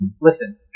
listen